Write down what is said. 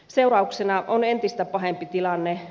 seurauksena on entistä pahempi tilanne